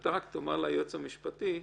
ואתה רק תאמר ליועץ המשפטי בשמי,